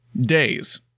Days